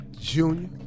Junior